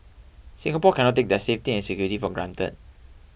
Singapore cannot take their safety and security for granted